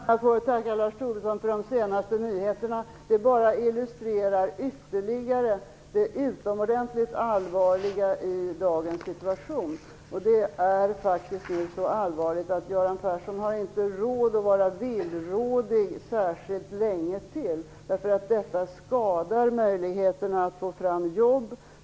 Fru talman! Jag får tacka Lars Tobisson för de senaste nyheterna. Det bara illustrerar ytterligare det utomordentligt allvarliga i dagens situation. Det är faktiskt så allvarligt att Göran Persson inte har råd att vara villrådig särskilt länge till. Detta skadar möjligheterna att få fram jobb.